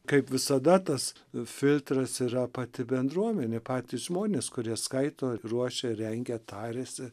kaip visada tas filtras yra pati bendruomenė patys žmonės kurie skaito ir ruošia rengia tariasi